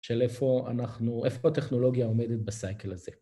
‫של איפה אנחנו... איפה הטכנולוגיה עומדת בסייקל הזה?